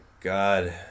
God